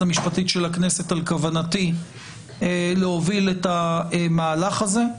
המשפטית של הכנסת על כוונתי להוביל את המהלך הזה,